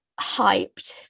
hyped